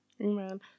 amen